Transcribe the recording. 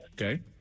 Okay